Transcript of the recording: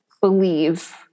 believe